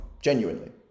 Genuinely